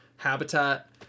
habitat